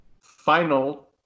Final